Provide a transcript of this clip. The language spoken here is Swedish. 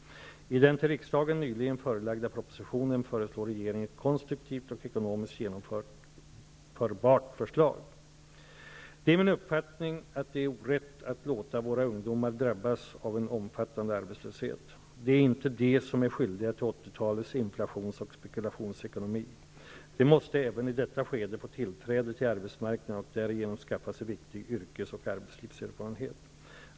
I den till riksdagen nyligen förelagda propositionen föreslår regeringen ett konstruktivt och ekonomiskt genomförbart förslag. Det är min uppfattning att det är orätt att låta våra ungdomar drabbas av en omfattande arbetslöshet. Det är inte de som är skyldiga till 80-talets inflations och spekulationsekonomi. De måste även i detta skede få tillträde till arbetsmarknaden och därigenom skaffa sig viktig yrkes och arbetslivserfarenhet.